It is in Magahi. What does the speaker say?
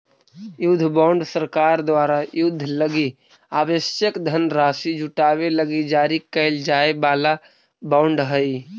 युद्ध बॉन्ड सरकार द्वारा युद्ध लगी आवश्यक धनराशि जुटावे लगी जारी कैल जाए वाला बॉन्ड हइ